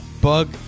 Bug